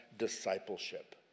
discipleship